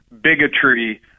bigotry